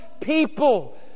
people